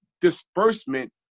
disbursement